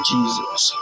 Jesus